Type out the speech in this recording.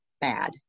bad